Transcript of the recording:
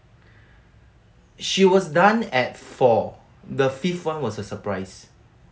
she was done at four the fifth one was a surprise